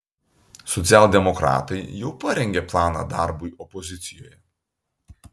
socialdemokratai jau parengė planą darbui opozicijoje